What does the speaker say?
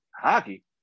Hockey